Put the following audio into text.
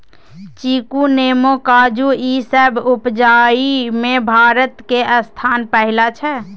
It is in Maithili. चीकू, नेमो, काजू ई सब उपजाबइ में भारत के स्थान पहिला छइ